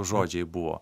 žodžiai buvo